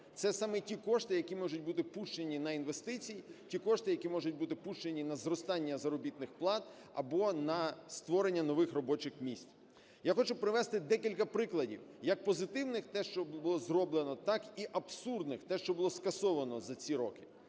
Це саме ті кошти, які можуть бути пущені на інвестиції, ті кошти, які можуть бути пущені на зростання заробітних плат, або на створення нових робочих місць. Я хочу привести декілька прикладів, як позитивних, те що було зроблено, так і абсурдних, те що було скасовано за ці роки.